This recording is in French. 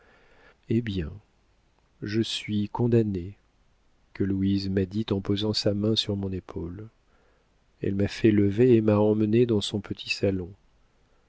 eh bien je suis condamnée que louise m'a dit en posant sa main sur mon épaule elle m'a fait lever et m'a emmenée dans son petit salon